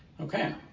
okay